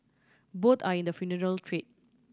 both are in the funeral trade